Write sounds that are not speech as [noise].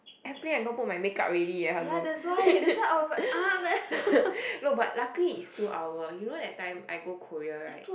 airplane I'm gonna put my make up already eh hello [laughs] no but luckily it's two hour you know that time I go Korea right